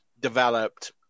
developed